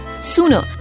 sooner